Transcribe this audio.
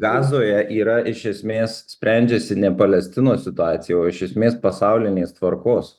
gazoje yra iš esmės sprendžiasi ne palestinos situacija o iš esmės pasaulinės tvarkos